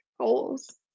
goals